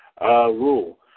rule